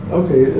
okay